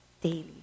daily